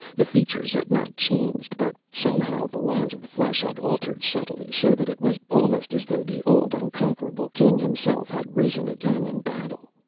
the features had not changed, but somehow the lines of the flesh had altered subtly, so that it was almost as though the old unconquerable king himself had risen again in battle.